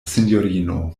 sinjorino